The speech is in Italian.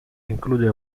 include